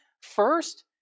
first